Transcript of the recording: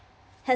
had